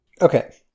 Okay